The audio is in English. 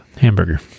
hamburger